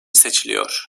seçiliyor